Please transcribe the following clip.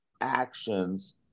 actions